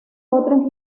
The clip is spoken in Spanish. otros